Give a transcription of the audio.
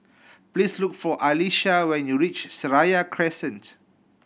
please look for Alysha when you reach Seraya Crescent